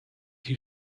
you